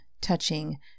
touching